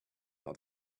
not